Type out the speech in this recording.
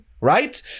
right